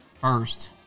first